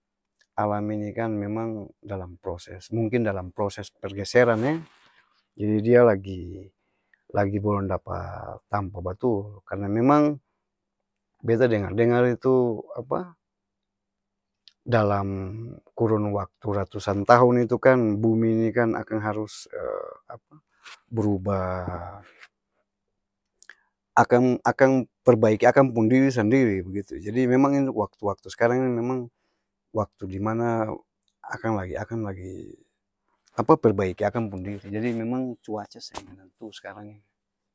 Alam ini kan memang, dalam proses mungkin dalam proses pergeseran e', jadi dia lagi lagi-bolong dapa tampa batul karna memang, beta dengar-dengar itu, apa? dalam kurun waktu ratusan tahun itu kan bumi ni kan akang harus apa? Berubah akang akang-perbaiki akang pung diri sandiri begitu jadi memang ini waktu-waktu s'karang ini memang, waktu dimana akang lagi-akang lagi apa? Perbaiki akang pung diri, jadi memang cuaca seng menentu s'krang ini.